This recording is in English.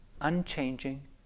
unchanging